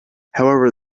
however